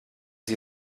sie